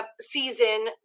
season